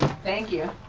thank you.